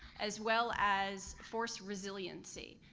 as well as force resiliency.